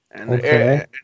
Okay